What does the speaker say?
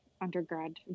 undergrad